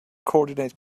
coordinate